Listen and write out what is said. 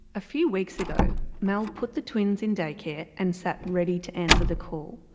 a few weeks ago, mel put the twins in daycare and sat ready to answer the call.